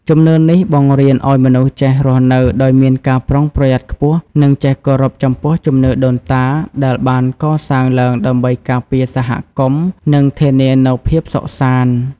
ជំនឿនេះបង្រៀនឲ្យមនុស្សចេះរស់នៅដោយមានការប្រុងប្រយ័ត្នខ្ពស់ និងចេះគោរពចំពោះជំនឿដូនតា ដែលបានកសាងឡើងដើម្បីការពារសហគមន៍ និងធានានូវភាពសុខសាន្ត។